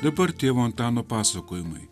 dabar tėvo antano pasakojimai